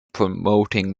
promoting